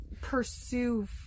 pursue